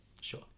Sure